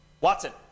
Watson